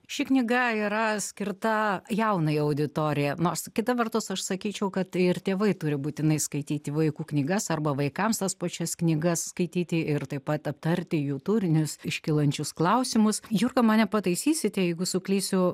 ši knyga yra skirta jaunai auditorijai nors kita vertus aš sakyčiau kad ir tėvai turi būtinai skaityti vaikų knygas arba vaikams tas pačias knygas skaityti ir taip pat aptarti jų turinius iškylančius klausimus jurga mane pataisysite jeigu suklysiu